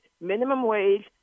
minimum-wage